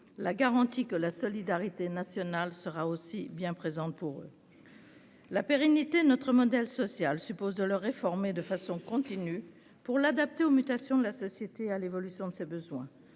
la garantie que la solidarité nationale sera bien présente pour eux aussi. La pérennité de notre modèle social suppose de le réformer, de façon continue, pour l'adapter aux mutations de la société et à l'évolution de ses besoins.